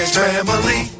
family